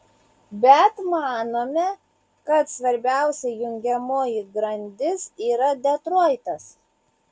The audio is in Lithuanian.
bet manome kad svarbiausia jungiamoji grandis yra detroitas